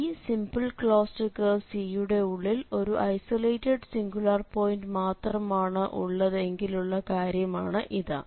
ഈ simple closed curve C യുടെ ഉള്ളിൽ ഒരു ഐസൊലേറ്റഡ് സിംഗുലാർ പോയിന്റ് മാത്രമാണ് ഉള്ളത് എങ്കിലുള്ള കാര്യമാണ് ഇത്